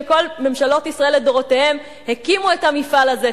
כל ממשלות ישראל לדורותיהן הקימו את המפעל הזה,